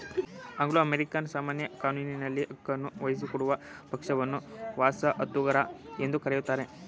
Anglo American ಸಾಮಾನ್ಯ ಕಾನೂನಿನಲ್ಲಿ ಹಕ್ಕನ್ನು ವಹಿಸಿಕೊಡುವ ಪಕ್ಷವನ್ನ ವಸಾಹತುಗಾರ ಎಂದು ಕರೆಯುತ್ತಾರೆ